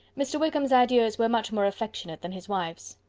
mr. wickham's ah adieus were much more affectionate than his wife's.